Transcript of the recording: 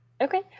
Okay